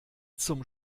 zum